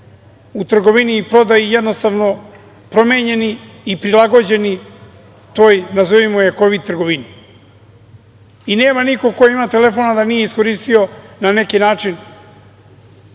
u trgovini i prodaji jednostavno promenjeni i prilagođeni toj, nazovimo je, Kovid trgovini. Nema niko ko ima telefon, a da nije iskoristio na neki način